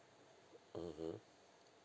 mmhmm